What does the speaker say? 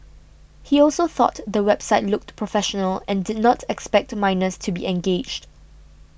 he also thought the website looked professional and did not expect minors to be engaged